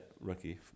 rookie